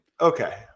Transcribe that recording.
Okay